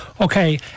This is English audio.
Okay